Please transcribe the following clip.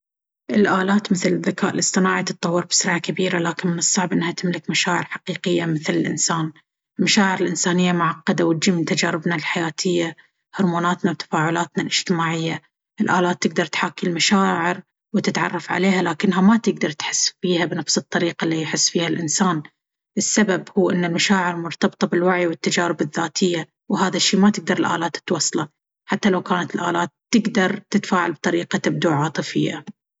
الآلات، مثل الذكاء الاصطناعي، تتطور بسرعة كبيرة، لكن من الصعب إنها تملك مشاعر حقيقية مثل الإنسان. المشاعر الإنسانية معقدة وتجي من تجاربنا الحياتية، هرموناتنا، وتفاعلاتنا الاجتماعية. الآلات تقدر تحاكي المشاعر وتتعرف عليها، لكنها ما تقدر تحس فيها بنفس الطريقة اللي يحس فيها الإنسان. السبب هو إن المشاعر مرتبطة بالوعي والتجارب الذاتية، وهذا شيء ما تقدر الآلات توصله. حتى لو كانت الآلات تقدر تتفاعل بطريقة تبدو عاطفية.